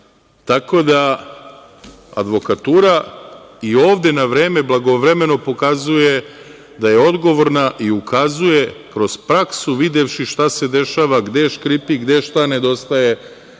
tako da i advokatura ovde na vreme, blagovremeno pokazuje da je odgovorna i ukazuje, kroz praksu, videvši šta se dešava, gde škripi, gde šta nedostaje,